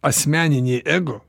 asmeninį ego